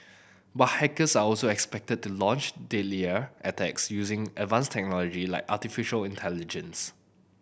but hackers are also expected to launch deadlier attacks using advanced technology like artificial intelligence